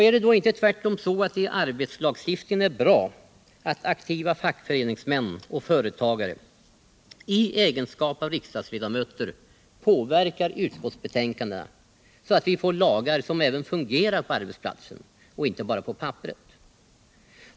Är det inte tvärtom så, att det i arbetslagstiftningen är bra att aktiva fackföreningsmän och företagare i egenskap av riksdagsledamöter påverkar utskottsbetänkandena, så att vi får lagar som även fungerar på arbetsplatsen och inte bara på papperet?